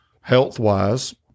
Health-wise